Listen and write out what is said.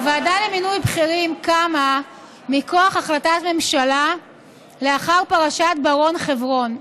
הוועדה למינוי בכירים קמה מכוח החלטת ממשלה לאחר פרשת בר-און-חברון.